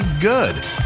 good